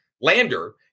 lander